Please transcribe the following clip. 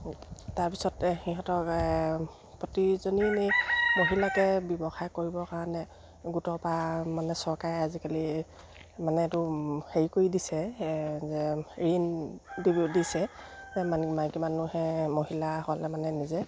তাৰপিছত সিহঁতক প্ৰতিজনী মহিলাকে ব্যৱসায় কৰিবৰ কাৰণে গোটৰপা মানে চৰকাৰে আজিকালি মানে এইটো হেৰি কৰি দিছে যে ঋণি দিব দিছে মানে মাইকী মানুহে মহিলাসকলে মানে নিজে